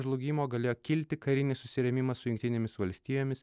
žlugimo galėjo kilti karinis susirėmimas su jungtinėmis valstijomis